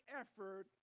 effort